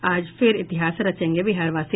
आज फिर इतिहास रचेंगे बिहारवासी